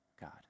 god